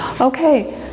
okay